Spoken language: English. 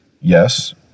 Yes